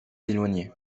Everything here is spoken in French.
éloignés